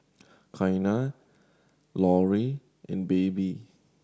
Qiana Laurie and Baby